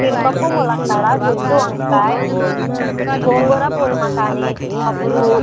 జీడిపప్పు ములక్కాడ గుత్తి వంకాయి గోంగూర పూల్ మఖాని పప్పు